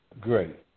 Great